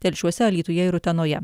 telšiuose alytuje ir utenoje